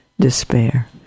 despair